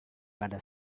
pada